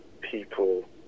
people